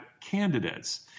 candidates